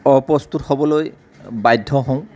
অপ্ৰস্তুত হ'বলৈ বাধ্য হওঁ